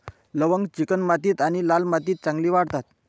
लवंग चिकणमाती आणि लाल मातीत चांगली वाढतात